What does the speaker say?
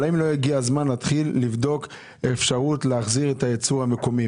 להתחיל לבדוק אפשרות להחזיר את הייצור המקומי?